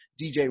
DJ